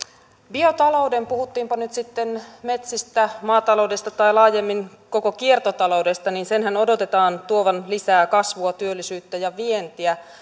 biotalouden puhuttiinpa nyt sitten metsistä maataloudesta tai laajemmin koko kiertotaloudesta senhän odotetaan tuovan lisää kasvua työllisyyttä ja vientiä